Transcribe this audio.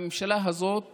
הממשלה הזאת